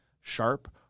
sharp